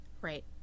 Right